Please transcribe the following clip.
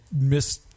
miss